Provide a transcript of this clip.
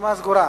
הרשימה סגורה.